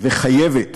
וחייבת